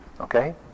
Okay